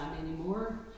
anymore